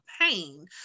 pain